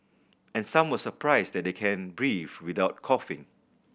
and some were surprised that they can breathe without coughing